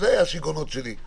אלה היו השיגעונות שלי.